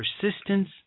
persistence